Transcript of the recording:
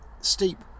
steep